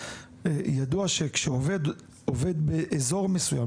ידוע שכשעובד עובד באזור מסוים,